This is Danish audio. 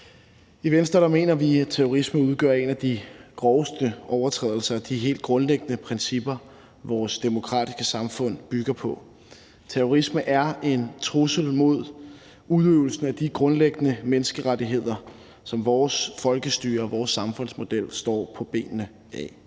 I Venstre mener vi, at terrorisme udgør en af de groveste overtrædelser af de helt grundlæggende principper, vores demokratiske samfund bygger på. Terrorisme er en trussel mod udøvelsen af de grundlæggende menneskerettigheder, som vores folkestyre og vores samfundsmodel står på skuldrene af.